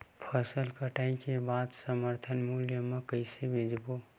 फसल कटाई के बाद समर्थन मूल्य मा कइसे बेचबो?